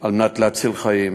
על מנת להציל חיים,